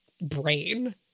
brain